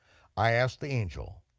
i asked the angel,